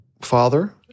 father